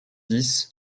dix